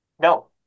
No